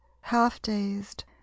half-dazed